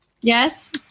Yes